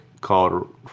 called